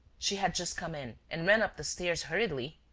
she had just come in and ran up the stairs hurriedly.